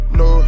no